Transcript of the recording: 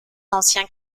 anciens